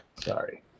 sorry